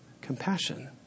compassion